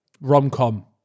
rom-com